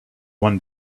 one